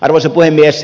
arvoisa puhemies